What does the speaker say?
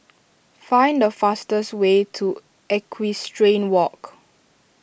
find the fastest way to Equestrian Walk